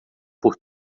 por